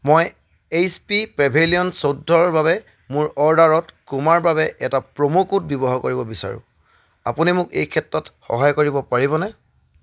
মই H P pavilion চৈধ্যৰ বাবে মোৰ অৰ্ডাৰত ক্ৰোমাৰ বাবে এটা প্ৰম' কোড ব্যৱহাৰ কৰিব বিচাৰোঁ আপুনি মোক এই ক্ষেত্ৰত সহায় কৰিব পাৰিবনে